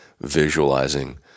visualizing